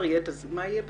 אז מה יהיה בפברואר?